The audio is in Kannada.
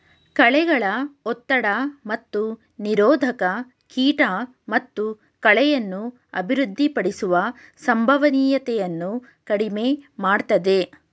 ಕಳೆಗಳ ಒತ್ತಡ ಮತ್ತು ನಿರೋಧಕ ಕೀಟ ಮತ್ತು ಕಳೆಯನ್ನು ಅಭಿವೃದ್ಧಿಪಡಿಸುವ ಸಂಭವನೀಯತೆಯನ್ನು ಕಡಿಮೆ ಮಾಡ್ತದೆ